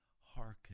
hearken